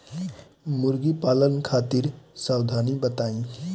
मुर्गी पालन खातिर सावधानी बताई?